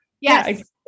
Yes